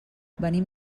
venim